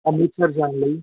ਅੰਮ੍ਰਿਤਸਰ ਜਾਣ ਲਈ